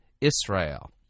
Israel